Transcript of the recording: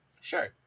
Sure